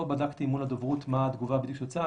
אני לא בדקתי מול הדוברות מה התגובה בדיוק שיצאה,